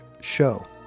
show